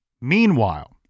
Meanwhile